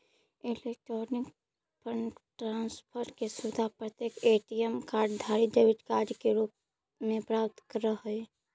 electronic fund transfer के सुविधा प्रत्येक ए.टी.एम कार्ड धारी डेबिट कार्ड के रूप में प्राप्त करऽ हइ